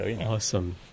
Awesome